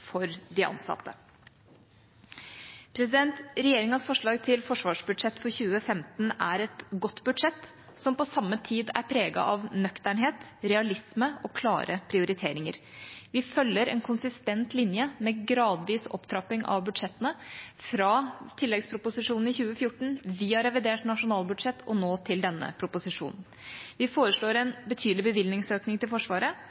for de ansatte. Regjeringas forslag til forsvarsbudsjett for 2015 er et godt budsjett som på samme tid er preget av nøkternhet, realisme og klare prioriteringer. Vi følger en konsistent linje med gradvis opptrapping av budsjettene fra tilleggsproposisjonen i 2014 via revidert nasjonalbudsjett og nå til denne proposisjonen. Vi foreslår en betydelig bevilgningsøkning til Forsvaret,